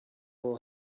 will